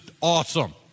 awesome